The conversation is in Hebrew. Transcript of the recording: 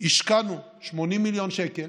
השקענו 80 מיליון שקל